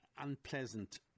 unpleasant